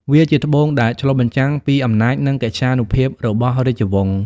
វាជាត្បូងដែលឆ្លុះបញ្ចាំងពីអំណាចនិងកិត្យានុភាពរបស់រាជវង្ស។